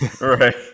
Right